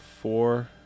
four